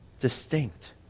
distinct